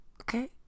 okay